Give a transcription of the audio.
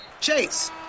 Chase